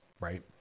right